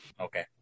Okay